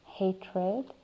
hatred